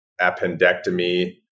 appendectomy